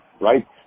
right